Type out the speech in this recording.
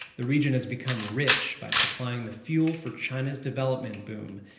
the region has become rich by supplying the fuel for china's development boom.